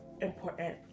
important